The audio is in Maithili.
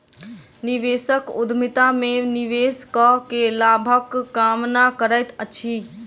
निवेशक उद्यमिता में निवेश कअ के लाभक कामना करैत अछि